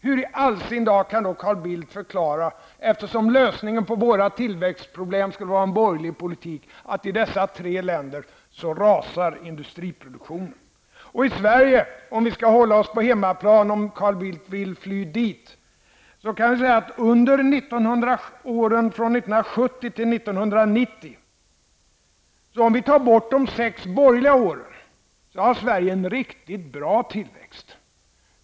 Hur i all sin dar kan då Carl Bildt förklara -- eftersom lösningen på våra tillväxtproblem skulle vara en borgerlig politik -- att i dessa tre länder rasar industriproduktionen? I Sverige, om Carl Bildt vill fly till hemmaplan, har det under åren 1970--1990 -- med undantag då för de sex borgerliga åren -- varit en riktigt bra tillväxt.